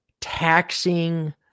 taxing